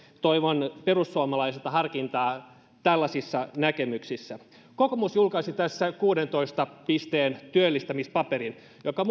toivon perussuomalaisilta harkintaa tällaisissa näkemyksissä kokoomus julkaisi tässä kuuteentoista pisteen työllistämispaperin joka